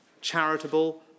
charitable